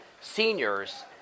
seniors